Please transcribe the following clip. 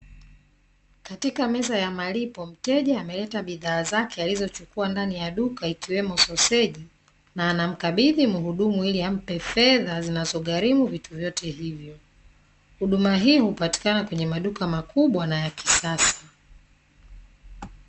Katika meza ya malipo, mteja ameleta bidhaa zake alizochukua ndani ya duka, ikiwemo soseji na anamkabidhi mhudumu ili ampe fedha zinazogharimu vitu vyote hivyo. Huduma hii hupatikana kwenye maduka makubwa na ya kisasa.